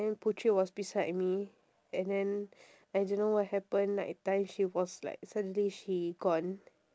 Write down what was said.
and then putri was beside me and then I don't know what happen night time she was like suddenly she gone